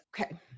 okay